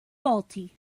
faulty